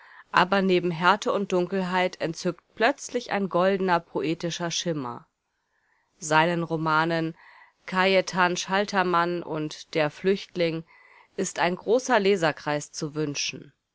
aber neben härte und dunkelheit entzückt plötzlich ein goldener poetischer schimmer seinen romanen cajetan schaltermann und der flüchtling ist ein großer leserkreis zu wünschen